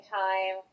time